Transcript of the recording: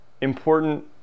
important